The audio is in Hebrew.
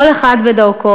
כל אחד בדרכו,